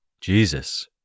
Jesus